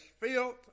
filth